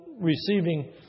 Receiving